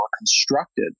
constructed